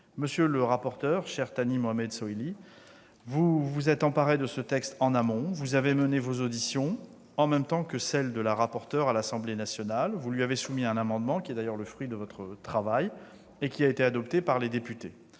Monsieur le rapporteur, cher Thani Mohamed Soilihi, vous vous êtes emparé de ce texte en amont, vous avez mené vos auditions en même temps que celles de la rapporteure à l'Assemblée nationale. Vous lui avez soumis un amendement qui est le fruit de votre travail et qui a été adopté par les députés.